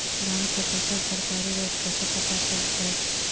धान के फसल के सरकारी रेट कैसे पता चलताय?